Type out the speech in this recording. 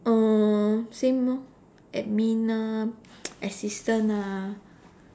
uh same lor admin ah assistant ah